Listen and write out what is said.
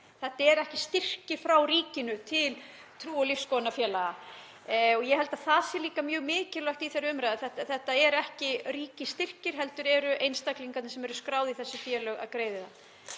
Þetta eru ekki styrkir frá ríkinu til trú- og lífsskoðunarfélaga. Ég held að það sé líka mjög mikilvægt í þeirri umræðu að þetta eru ekki ríkisstyrkir heldur eru einstaklingarnir sem skráðir eru í þessi félög að greiða